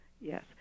Yes